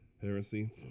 Heresy